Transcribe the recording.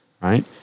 right